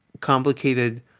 complicated